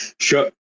Sure